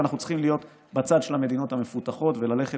אנחנו צריכים להיות בצד של המדינות המפותחות וללכת